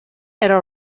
era